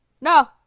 No